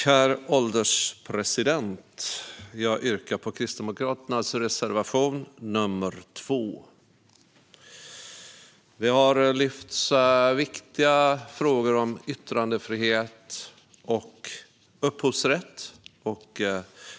Herr ålderspresident! Jag yrkar bifall till Kristdemokraternas reservation nr 2. Viktiga frågor om yttrandefrihet och upphovsrätt har lyfts upp här.